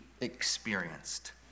experienced